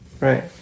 Right